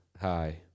hi